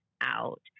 out